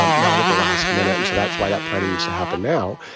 um not at the last minute. and so that's why that planning needs to happen now.